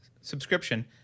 subscription